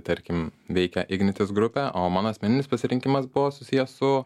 tarkim veikia ignitis grupė o mano asmeninis pasirinkimas buvo susijęs su